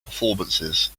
performances